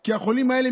כי החולים האלה,